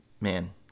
man